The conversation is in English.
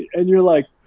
and you're like,